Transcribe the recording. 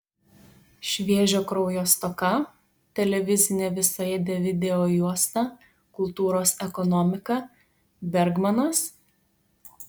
šviežio kraujo stoka televizinė visaėdė videojuosta kultūros ekonomika bergmanas